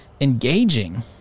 engaging